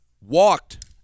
walked